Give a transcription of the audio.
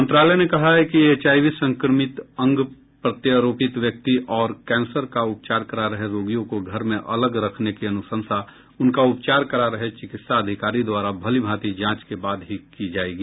मंत्रालय ने कहा है कि एचआईवी संक्रमित अंग प्रत्योरोपित व्यक्ति और कैंसर का उपचार करा रहे रोगियों को घर में अलग रखने की अनुशंसा उनका उपचार करा रहे चिकित्सा अधिकारी द्वारा भलीभांति जांच के बाद ही की जाएगी